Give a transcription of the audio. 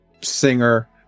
singer